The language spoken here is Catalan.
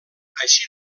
així